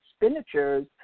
expenditures